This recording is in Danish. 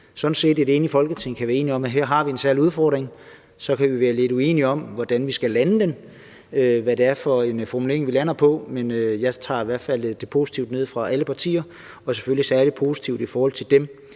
enige i Folketinget om, at vi her har en særlig udfordring; vi kan så være lidt uenige om, hvordan vi skal lande den, altså hvad det er for en formulering, vi lander på, men jeg tager det i hvert fald positivt ned fra alle partier og selvfølgelig særlig positivt i forhold til dem,